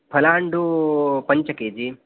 फलाण्डु पञ्च केजि